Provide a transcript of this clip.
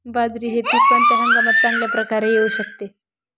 बाजरी हे पीक कोणत्या हंगामात चांगल्या प्रकारे येऊ शकते?